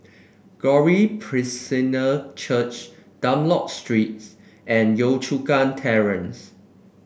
Glory Presbyterian Church Dunlop Streets and Yio Chu Kang Terrace